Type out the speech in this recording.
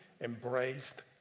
embraced